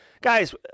guys